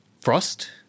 frost